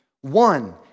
one